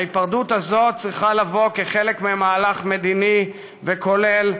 ההיפרדות הזו צריכה לבוא כחלק ממהלך מדיני וכולל,